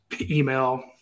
email